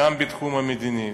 גם בתחום המדיני.